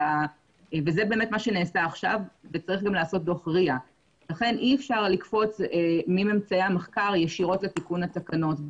זה באמת מה שנעשה עכשיו וצריך גם להיעשות דוח RIA. לכן אי-אפשר לקפוץ מממצאי המחקר ישירות לתיקון התקנות.